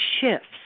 shifts